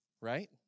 Right